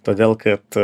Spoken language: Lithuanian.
todėl kad